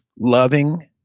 loving